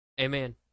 Amen